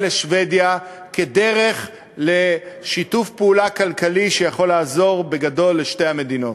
לשבדיה כדרך לשיתוף פעולה כלכלי שיכול לעזור בגדול לשתי המדינות.